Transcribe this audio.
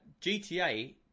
GTA